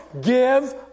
give